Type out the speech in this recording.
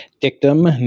dictum